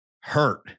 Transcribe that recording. Hurt